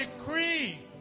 decree